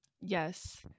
Yes